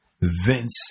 Vince